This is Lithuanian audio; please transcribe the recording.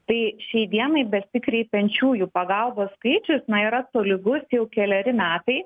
tai šiai dienai besikreipiančiųjų pagalbos skaičius na yra tolygus jau keleri metai